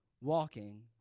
walking